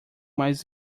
mais